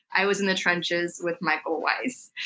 i was in the trenches with michael weiss.